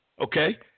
Okay